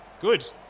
Good